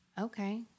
Okay